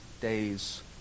days